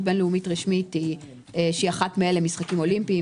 בין-לאומית רשמית היא אחת מאלה משחקים אולימפיים,